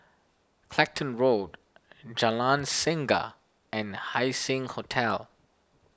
Clacton Road Jalan Singa and Haising Hotel